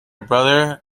brother